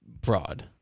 broad